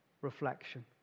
reflection